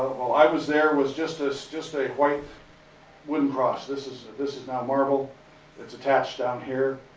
while i was there, was just as just a white wooden cross this is this is now marble that's attached down here.